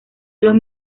los